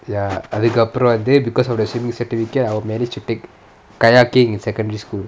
ya அதுக்கு அப்புறம் வந்து:athuku appuram vanthu because of the swimming certificate I manage to take kayaking in secondary school